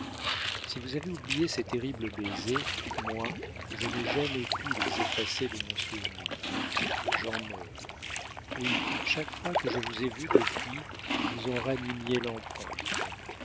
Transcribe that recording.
si vous avez oublié ces terribles baisers moi je n'ai jamais pu les effacer de mon souvenir j'en meurs oui chaque fois que je vous ai vu depuis vous en ranimiez l'empreinte